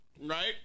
right